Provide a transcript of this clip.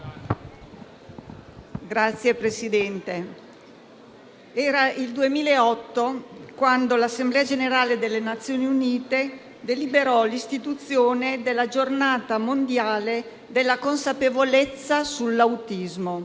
era il 2008 quando l'Assemblea generale delle Nazioni Unite deliberò l'istituzione della giornata mondiale della consapevolezza sull'autismo.